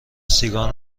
سیگار